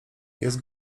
jest